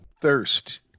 Thirst